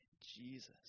Jesus